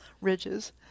ridges